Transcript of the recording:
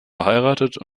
verheiratet